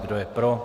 Kdo je pro?